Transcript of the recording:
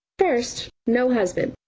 first no husband.